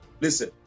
Listen